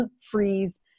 freeze